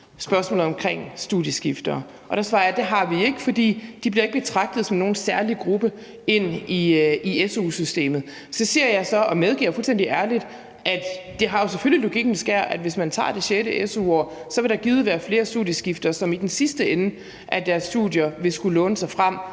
spørgsmålet omkring studieskiftere, og der svarer jeg, at det har vi ikke, fordi de ikke bliver betragtet som nogen særlig gruppe i su-systemet. Så siger jeg og medgiver fuldstændig ærligt, at det jo selvfølgelig har logikkens skær, at hvis man tager det sjette su-år, vil der givet være flere studieskiftere, som i den sidste ende af deres studie vil skulle låne sig frem,